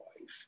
life